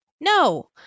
No